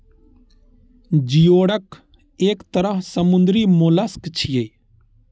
geoduck एक तरह समुद्री मोलस्क छियै